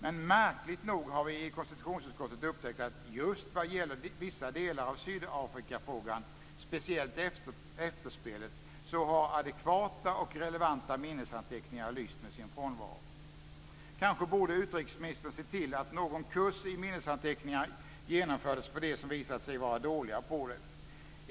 Men märkligt nog har vi i KU upptäckt att just vad gäller vissa delar av Sydafrikafrågan, speciellt efterspelet, så har adekvata och relevanta minnesanteckningar lyst med sin frånvaro. Kanske borde utrikesministern se till så att någon kurs i minnesanteckningar genomfördes för dem som visat sig vara dåliga på det.